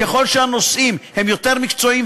ככל שהנושאים הם יותר מקצועיים,